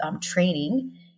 training